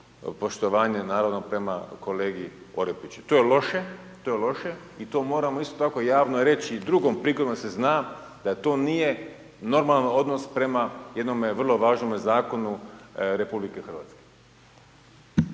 poštovanje naravno, prema kolegi Orepiću, to je loše i to moramo isto tako javno reći i drugom prigodom da se zna, da to nije normalan odnos prema jednome vrlo važnome zakonu RH.